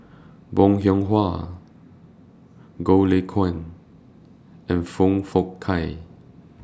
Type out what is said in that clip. Bong Hiong Hwa Goh Lay Kuan and Foong Fook Kay